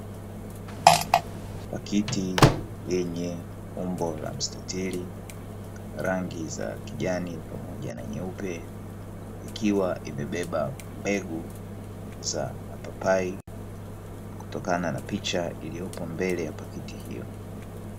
Pakiti yenye umbo la mstatili, rangi za kijani pamoja na nyeupe; ikiwa imebeba mbegu za mapapai, kutokana na picha iliyopo mbele ya pakiti hiyo.